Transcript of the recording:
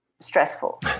stressful